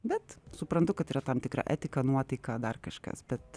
bet suprantu kad yra tam tikra etika nuotaika dar kažkas bet